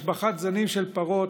השבחת זנים של פרות